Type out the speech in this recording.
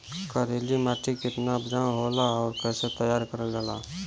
करेली माटी कितना उपजाऊ होला और कैसे तैयार करल जाला?